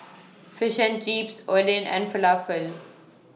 Fish and Chips Oden and Falafel